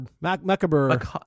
Macabre